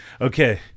Okay